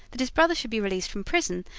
that his brother should be released from prison,